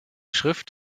schrift